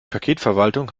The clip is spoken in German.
paketverwaltung